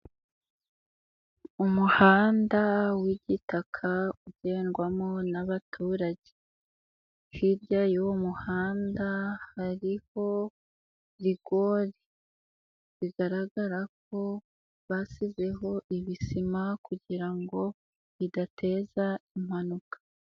Umuhanda w'igitaka ugendwamo n'abaturage, hirya y'uwo muhanda hariho rigori, bigaragara ko basizeho ibisima kugira ngo bidateza impanuka.